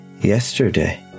yesterday